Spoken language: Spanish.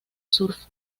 surf